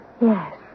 Yes